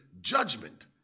judgment